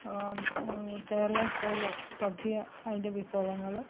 Kerala style sadya അതിൻ്റെ വിഭവങ്ങൾ